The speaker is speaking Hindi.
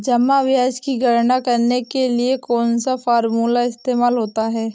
जमा ब्याज की गणना करने के लिए कौनसा फॉर्मूला इस्तेमाल होता है?